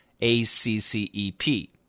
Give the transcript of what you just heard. A-C-C-E-P